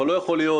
אבל לא יכול להיות